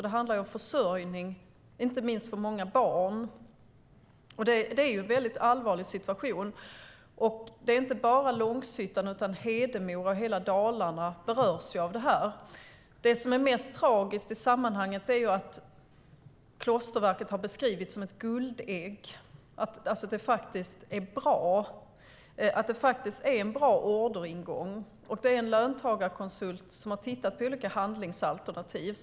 Det handlar om försörjning, inte minst för många barn. Det är en väldigt allvarlig situation. Det är inte bara Långshyttan utan också Hedemora och hela Dalarna som berörs av det här. Det som är mest tragiskt i sammanhanget är att Klosterverken har beskrivits som ett guldägg som faktiskt har en bra orderingång, och en löntagarkonsult har tittat på handlingsalternativ.